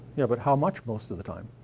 yeah, but how much most of the time?